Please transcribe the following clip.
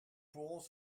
pourrons